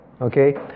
Okay